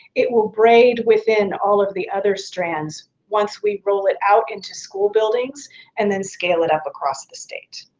it will braid within all of the other strands once we roll it out into school buildings and then scale it up across the state.